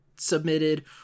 submitted